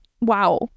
Wow